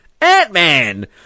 Ant-Man